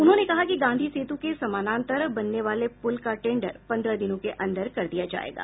उन्होंने कहा कि गांधी सेतु के समानांतर बनने वाले पुल का टेंडर पन्द्रह दिनों के अंदर कर दिया जायेगा